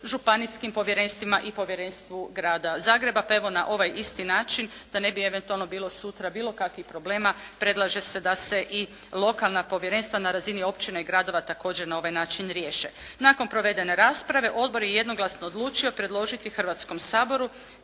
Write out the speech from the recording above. županijskim povjerenstvima i povjerenstvu Grada Zagreba. Pa evo na ovaj isti način, da ne bi eventualno bilo sutra bilo kakvih problema predlaže se da se i lokalna povjerenstva na razini općina i gradova također na ovaj način riješe. Nakon provedene rasprave odbor je jednoglasno odlučio predložiti Hrvatskom saboru